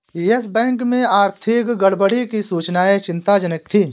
yes Bank में आर्थिक गड़बड़ी की सूचनाएं चिंताजनक थी